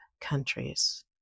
countries